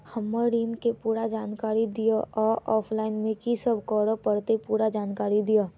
हम्मर ऋण केँ पूरा जानकारी दिय आ ऑफलाइन मे की सब करऽ पड़तै पूरा जानकारी दिय?